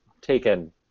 taken